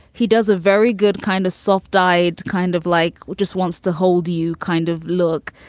he does a very good kind of soft died. kind of like just wants to hold you kind of look.